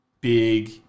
big